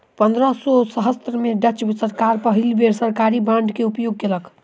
पंद्रह सौ सत्रह में डच सरकार पहिल बेर सरकारी बांड के उपयोग कयलक